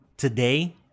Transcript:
today